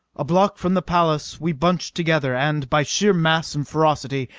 a block from the palace we bunched together and, by sheer mass and ferocity,